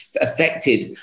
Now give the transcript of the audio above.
affected